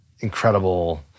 incredible